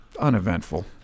Uneventful